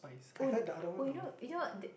oh oh you know you know that